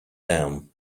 down